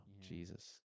Jesus